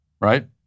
Right